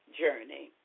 journey